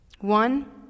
One